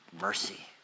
mercy